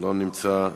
לא נמצא,